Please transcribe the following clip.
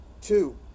Two